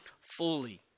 fully